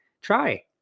Try